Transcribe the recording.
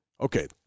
Okay